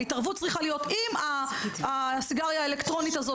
ההתערבות צריכה להיות אם הסיגריה האלקטרונית הזאת